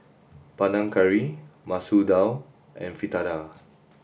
Panang Curry Masoor Dal and Fritada